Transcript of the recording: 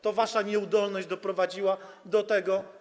To wasza nieudolność doprowadziła do tego.